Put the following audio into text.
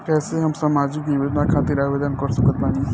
कैसे हम सामाजिक योजना खातिर आवेदन कर सकत बानी?